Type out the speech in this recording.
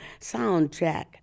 soundtrack